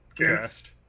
cast